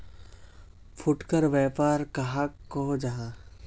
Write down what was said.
फुटकर व्यापार कहाक को जाहा?